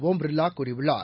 ஓம் பிர்லா கூறியுள்ளார்